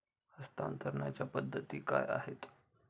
हस्तांतरणाच्या पद्धती काय आहेत?